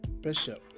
Bishop